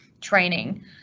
training